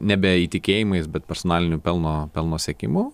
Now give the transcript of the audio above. nebeįtikėjimais bet personaliniu pelno pelno siekimu